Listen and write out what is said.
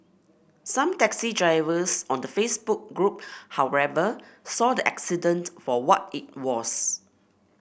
some taxi drivers on the Facebook group however saw the accident for what it was